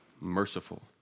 merciful